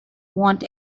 want